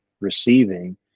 receiving